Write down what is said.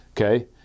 Okay